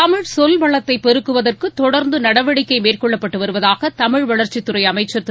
தமிழ் சொல் வளத்தைப் பெருக்குவதற்கு தொடர்ந்து நடவடிக்கை மேற்கொள்ளப்பட்டு வருவதாக தமிழ் வளர்ச்சித்துறை அமைச்சர் திரு